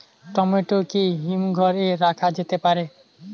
Tomato কি হিমঘর এ রাখা যেতে পারে?